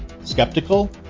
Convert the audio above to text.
skeptical